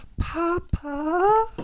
Papa